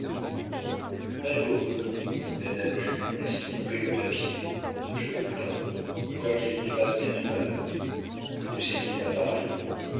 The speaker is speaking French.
le malheureux dit madame jules en laissant tomber le papier je le plains quoiqu'il me fasse bien du mal tu sais qu'il m'a parlé